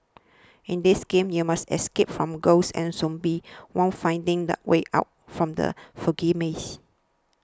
in this game you must escape from ghosts and zombies while finding the way out from the foggy maze